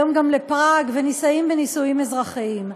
היום גם לפראג, ונישאים בנישואים אזרחיים.